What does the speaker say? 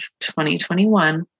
2021